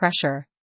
pressure